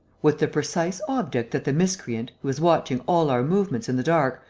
with the precise object that the miscreant, who is watching all our movements in the dark,